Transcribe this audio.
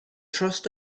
trust